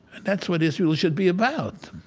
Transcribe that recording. and that's what israel should be about.